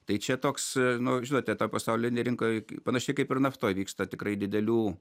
tai čia toks nu žinote tą pasaulinėj rinkoj panašiai kaip ir naftoj vyksta tikrai didelių